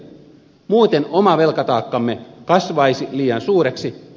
muuten oma velkataakkamme kasvaisi liian suureksi